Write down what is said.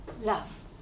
Love